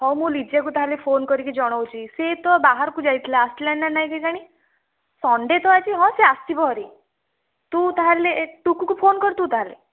ହଉ ମୁଁ ଲିଜାକୁ ତାହେଲେ ଫୋନ କରିକି ଜଣାଉଛି ସିଏ ତ ବାହାରକୁ ଯାଇଥିଲା ଆସିଲାଣି କି ନାହିଁ କେଜାଣି ସନଡେ ତ ଆଜି କଣ ସେ ଆସିଥିବ ଭାରି ତୁ ତାହେଲେ ଟୁକୁ କୁ ଫୋନ କର ତୁ ତାହେଲେ